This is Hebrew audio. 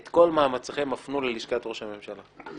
את כל מאמציכם הפנו ללשכת ראש הממשלה.